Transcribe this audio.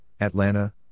Atlanta